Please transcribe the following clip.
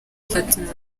platnumz